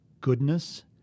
goodness